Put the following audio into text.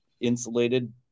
insulated